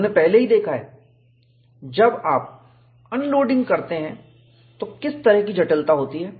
हमने पहले ही देखा है जब आप अनलोडिंग करते हैं तो किस तरह की जटिलता होती है